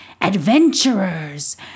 adventurers